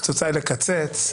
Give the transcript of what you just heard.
קְצוּצַי לְקַצֵּץ.